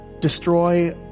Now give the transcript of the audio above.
destroy